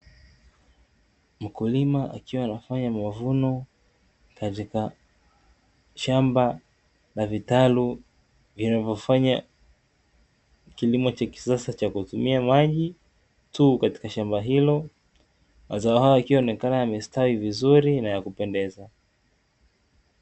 Mkulima akiwa anafanya mavuno katika shamba la vitalu vinavyofanya kilimo cha kisasa cha kutumia maji tu katika shamba hilo. Mazao hayo yakiwa yanaonekana yamestawi vizuri na ya kupendeza.